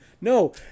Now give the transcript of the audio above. No